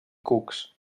cucs